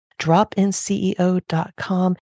dropinceo.com